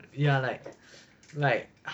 ya like like